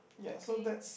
okay